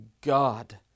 God